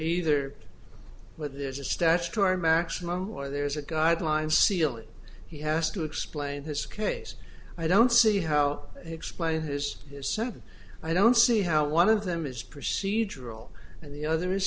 either but there's a statutory maximum where there is a guideline ceiling he has to explain his case i don't see how explain his sentence i don't see how one of them is procedural and the other is